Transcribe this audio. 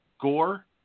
Gore